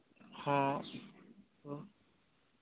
ᱦᱚᱸ ᱦᱚᱸ